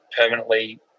permanently